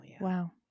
wow